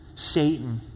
Satan